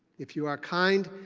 if you are kind,